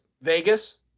Vegas